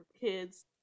kids